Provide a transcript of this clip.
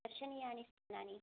दर्शनीयानि स्थलानि